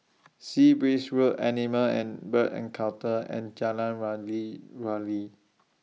Sea Breeze Road Animal and Bird Encounters and Jalan Wali Wali